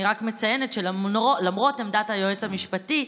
אני רק מציינת שלמרות עמדת היועץ המשפטי,